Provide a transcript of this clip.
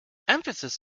emphasis